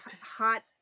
hot